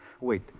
Wait